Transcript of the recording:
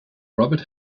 robert